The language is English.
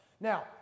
Now